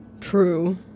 True